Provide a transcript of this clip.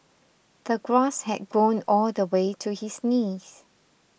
the grass had grown all the way to his knees